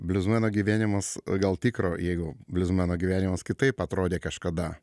bliuzmeno gyvenimas gal tikro jeigu bliuzmeno gyvenimas kitaip atrodė kažkada